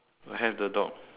I have the dog